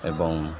ଏବଂ